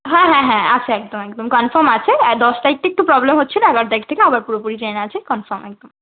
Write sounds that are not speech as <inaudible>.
হ্যাঁ হ্যাঁ হ্যাঁ আচ্ছা একদম একদম কনফর্ম আছে <unintelligible> দশ তারিখটা একটু প্রবলেম হচ্ছিলো এগারো তারিখ থেকে আবার পুরোপুরি ট্রেন আছে কনফর্ম একদম